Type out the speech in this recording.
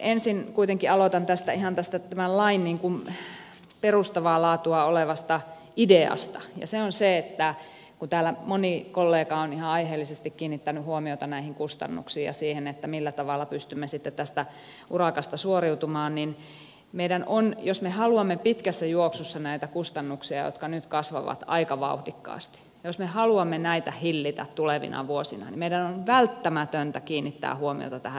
ensin kuitenkin aloitan ihan tästä tämän lain perustavaa laatua olevasta ideasta ja se on se että kun täällä moni kollega on ihan aiheellisesti kiinnittänyt huomiota näihin kustannuksiin ja siihen millä tavalla pystymme sitten tästä urakasta suoriutumaan niin meidän on jos me haluamme pitkässä juoksussa näitä kustannuksia jotka nyt kasvavat aika vauhdikkaasti hillitä tulevina vuosina välttämätöntä kiinnittää huomiota tähän ennaltaehkäisyyn